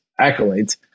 accolades